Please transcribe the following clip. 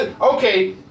okay